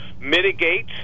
mitigate